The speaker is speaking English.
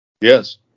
Yes